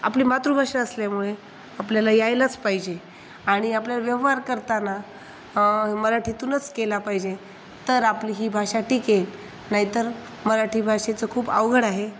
आपली मातृभाषा असल्यामुळे आपल्याला यायलाच पाहिजे आणि आपल्याला व्यवहार करताना मराठीतूनच केला पाहिजे तर आपली ही भाषा टिकेल नाहीतर मराठी भाषेचं खूप अवघड आहे